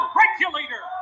regulator